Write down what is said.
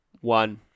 One